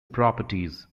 properties